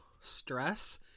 stress